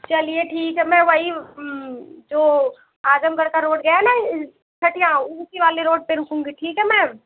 चलिए ठीक है मैं वही जो आजमगढ़ का रोड गया है न छठीयाँ उसी वाले रोड पर रुकूँगी ठीक है मैम